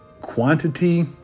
quantity